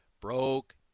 broke